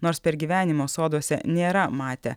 nors per gyvenimo soduose nėra matę